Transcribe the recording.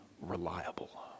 reliable